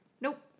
nope